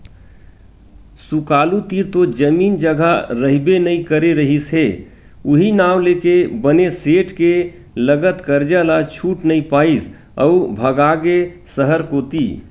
सुकालू तीर तो जमीन जघा रहिबे नइ करे रिहिस हे उहीं नांव लेके बने सेठ के लगत करजा ल छूट नइ पाइस अउ भगागे सहर कोती